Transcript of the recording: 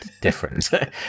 different